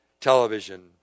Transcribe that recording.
television